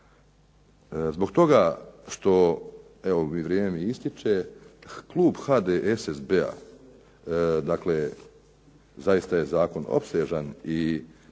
Zbog toga što evo vrijeme mi ističe, klub HDSSB-a zaista je zakon opsežan i